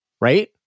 Right